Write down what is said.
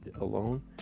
alone